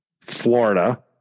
Florida